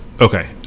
Okay